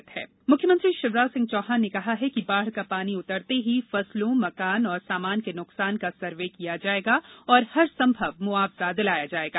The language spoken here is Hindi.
बाढ मुख्यमंत्री शिवराज सिंह चौहान ने कहा है कि बाढ़ का पानी उतरते ही फसलों मकान और सामान के नुकसान का सर्वे किया जायेगा और हरसंभव मुआवजा दिलाया जायेगा